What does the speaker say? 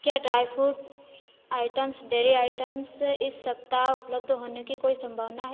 क्या dry fruit items dairy items इस सप्ताह उपलब्ध होने की कोई संभावना है